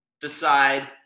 decide